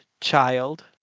child